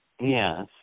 Yes